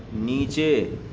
نیچے